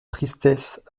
tristesse